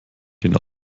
den